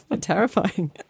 terrifying